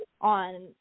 on